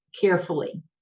carefully